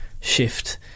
shift